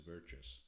virtues